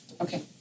Okay